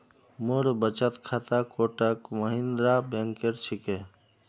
मोर बचत खाता कोटक महिंद्रा बैंकेर छिके